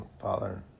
Father